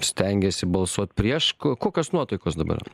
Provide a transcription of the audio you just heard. stengiasi balsuot prieš k kokios nuotaikos dabar yra